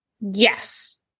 Yes